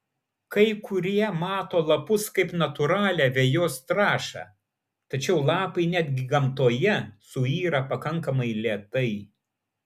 kai kurie mato lapus kaip natūralią vejos trąšą tačiau lapai netgi gamtoje suyra pakankamai lėtai